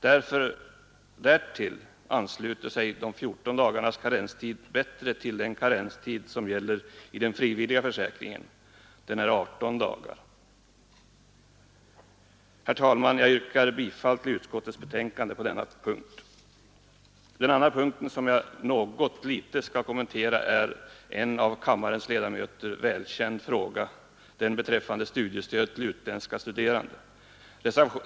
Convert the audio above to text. Dessutom ansluter sig de 14 dagarnas karenstid bättre till den karenstid som gäller i den frivilliga försäkringen, 18 dagar. Herr talman! Jag yrkar bifall till utskottets hemställan på denna Den andra punkten som jag något skall kommentera är en för kammarens ledamöter väkänd fråga — studiestödet till utländska studerande.